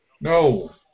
No